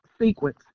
sequence